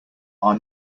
our